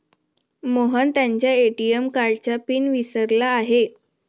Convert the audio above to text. मोहन त्याच्या ए.टी.एम कार्डचा पिन विसरला आहे